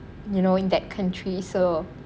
you know in that country so